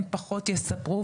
הם פחות יספרו,